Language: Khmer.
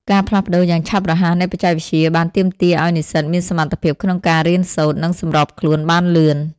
ការផ្លាស់ប្តូរយ៉ាងឆាប់រហ័សនៃបច្ចេកវិទ្យាបានទាមទារឲ្យនិស្សិតមានសមត្ថភាពក្នុងការរៀនសូត្រ និងសម្របខ្លួនបានលឿន។